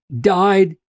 died